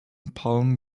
palm